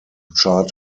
chart